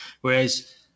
whereas